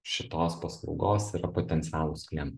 šitos paslaugos yra potencialūs klientai